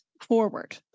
forward